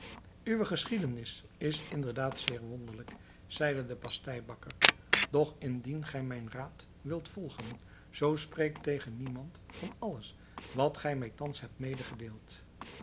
uwe geschiedenis is inderdaad zeer wonderlijk zeide de pasteibakker doch indien gij mijn raad wilt volgen zoo spreek tegen niemand van alles wat gij mij thans hebt